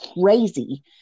crazy